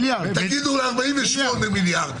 תגידו לו 48 מיליארד.